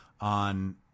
on